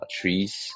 trees